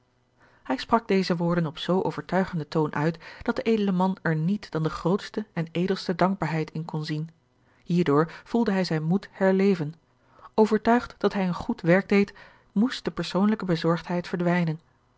hij sprak deze woorden op zoo overtuigenden toon uit dat de edele man er niet dan de grootste en edelste dankbaarheid in kon zien hierdoor voelde hij zijn moed herleven overtuigd dat hij een goed werk deed moest de persoonlijke berzorgdheid verdwijnen